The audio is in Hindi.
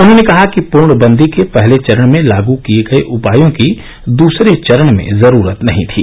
उन्होंने कहा कि पूर्णबंदी के पहले चरण में लाग किये गये उपायों की दसरे चरण में जरूरत नहीं थी